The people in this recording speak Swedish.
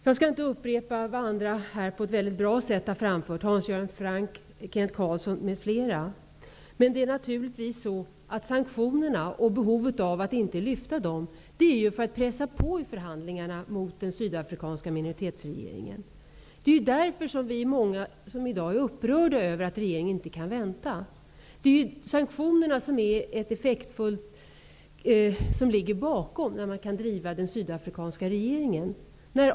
Jag skall inte upprepa vad andra på ett bra sätt redan har framfört -- Hans Göran Franck, Kent Carlsson m.fl. Att inte lyfta sanktionerna utgör ett sätt att pressa på i förhandlingarna mot den sydafrikanska minoritetsregeringen. Det är därför vi är många som i dag är upprörda över att regeringen inte kan vänta. Sanktionerna är ett sätt att driva på den sydafrikanska regeringen.